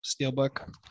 steelbook